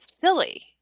silly